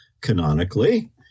canonically